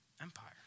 Empire